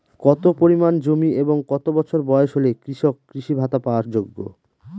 কত পরিমাণ জমি এবং কত বছর বয়স হলে কৃষক কৃষি ভাতা পাওয়ার যোগ্য?